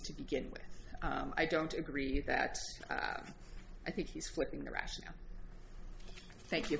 to begin with i don't agree that i think he's flipping the rationale thank you